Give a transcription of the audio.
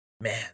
man